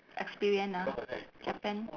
experience ah japan